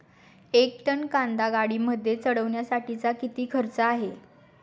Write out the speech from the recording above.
एक टन कांदा गाडीमध्ये चढवण्यासाठीचा किती खर्च आहे?